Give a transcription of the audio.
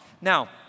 Now